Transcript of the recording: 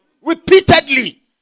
Repeatedly